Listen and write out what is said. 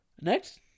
Next